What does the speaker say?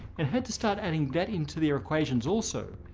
and had to start adding that into their equations also.